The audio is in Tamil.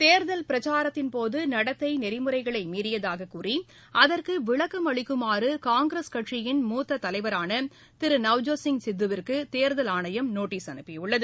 தேர்தல் பிரச்சாரத்தின்போது நடத்தை நெறிமுறைகளை மீறியதாகக் கூறி அதற்கு விளக்கம் அளிக்குமாறு காங்கிரஸ் கட்சியின் மூத்த தலைவரான திரு நவ்ஜோத் சிங் சித்துவிற்கு தேர்தல் ஆணையம் நோட்டிஸ் அனுபியுள்ளது